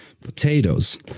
potatoes